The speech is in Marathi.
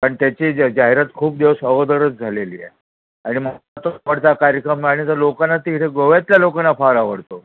पण त्याची ज जाहिरात खूप दिवस अगोदरच झालेली आहे आणि माझा तो आवडता कार्यक्रम आहे आणि ते लोकांना तिकडे गोव्यातल्या लोकांना फार आवडतो